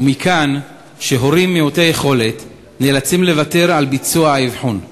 ומכאן שהורים מעוטי יכולת נאלצים לוותר על ביצוע האבחון.